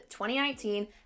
2019